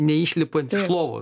neišlipant lovos